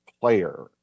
player